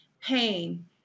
pain